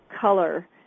color